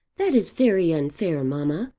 that is very unfair, mamma,